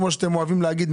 כמו שאתם אוהבים להגיד,